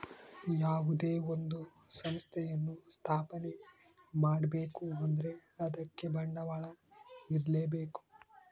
ಯಾವುದೇ ಒಂದು ಸಂಸ್ಥೆಯನ್ನು ಸ್ಥಾಪನೆ ಮಾಡ್ಬೇಕು ಅಂದ್ರೆ ಅದಕ್ಕೆ ಬಂಡವಾಳ ಇರ್ಲೇಬೇಕು